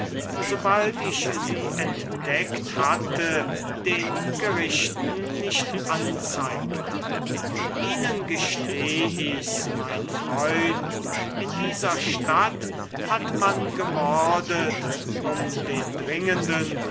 sobald ich sie entdeckt hatte den gerichten nicht anzeigte ihnen gesteh ich's mein freund in dieser stadt hat man gemordet um den dringenden